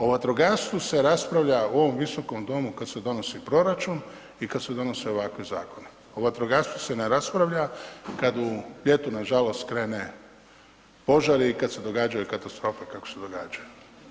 O vatrogastvu se raspravlja u ovom visokom domu kad se donosi proračun i kad se donose ovakvi zakoni, o vatrogastvu se ne raspravlja kad u ljetu nažalost krene požari i kad se događaju katastrofe kakve se događaju.